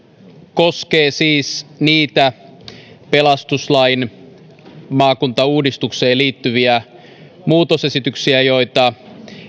koskee siis niitä pelastuslain maakuntauudistukseen liittyviä muutosesityksiä joita